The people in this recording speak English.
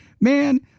man